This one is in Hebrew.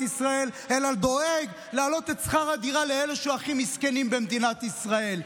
ישראל אלא דואג להעלות את שכר הדירה לאלה שהכי מסכנים במדינת ישראל.